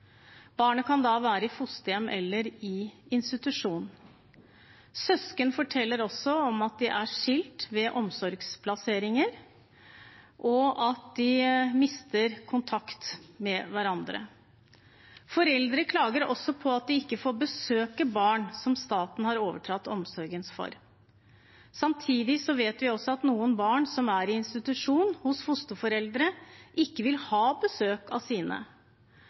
Barnet kan da være i fosterhjem eller i institusjon. Søsken forteller også om at de er skilt ved omsorgsplasseringer, og at de mister kontakt med hverandre. Foreldre klager også på at de ikke får besøke barn som staten har overtatt omsorgen for. Samtidig vet vi også at noen barn som er i institusjon eller hos fosterforeldre, ikke vil ha besøk av sine.